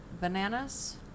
bananas